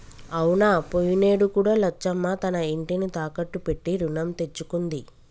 అవునా పోయినేడు కూడా లచ్చమ్మ తన ఇంటిని తాకట్టు పెట్టి రుణం తెచ్చుకుంది